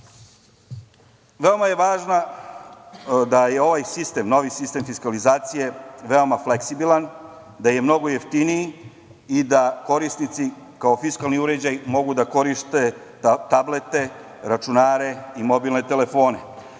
je važno da je ovaj sistem, novi sistem fiskalizacije veoma fleksibilan, da je mnogo jeftiniji i da korisnici kao fiskalni uređaj mogu da koriste tablete, računare i mobilne telefone.